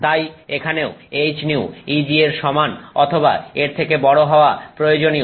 তাই এখানেও hυ Eg এর সমান অথবা এর থেকে বড় হওয়া প্রয়োজনীয়